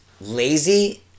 lazy